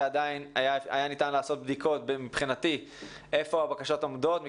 אבל עדיין ניתן היה לעשות בדיקות איפה הבקשות עומדות משום